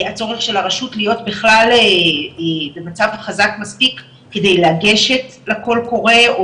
הצורך של הרשות בכלל במצב חזק מספיק כדי לגשת לכל קורא,